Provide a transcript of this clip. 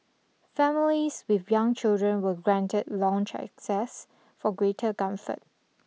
families with young children were granted lounge access for greater comfort